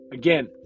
Again